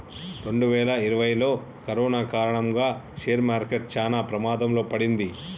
రెండువేల ఇరవైలో కరోనా కారణంగా షేర్ మార్కెట్ చానా ప్రమాదంలో పడింది